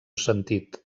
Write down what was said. sentit